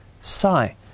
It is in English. Sai